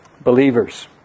believers